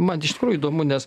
man iš tikrųjų įdomu nes